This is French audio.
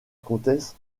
comtesse